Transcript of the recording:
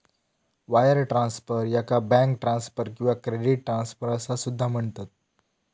wire transfer, याका bank transfer किंवा credit transfer असा सुद्धा म्हणतत